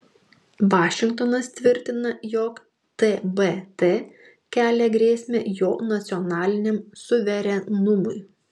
vašingtonas tvirtina jog tbt kelia grėsmę jo nacionaliniam suverenumui